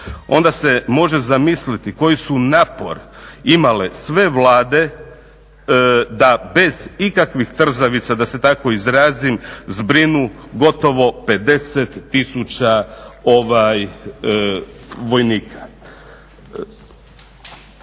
onda se može zamisliti koji su napor imale sve Vlade da bez ikakvih trzavica, da se tako izrazim, zbrinu gotovo 50 tisuća vojnika.